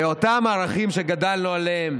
ואותם ערכים שגדלנו עליהם